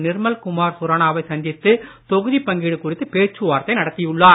நிர்மல்குமார் சுரானாவை சந்தித்து தொகுதிப் பங்கீடு குறித்து பேச்சுவார்த்தை நடத்தியுள்ளார்